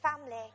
family